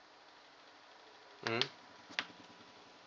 mm